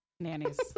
Nannies